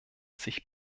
sich